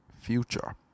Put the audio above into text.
future